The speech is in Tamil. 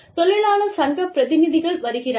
தொழிலாளர் சங்க பிரதிநிதிகள் வருகிறார்கள்